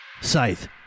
Scythe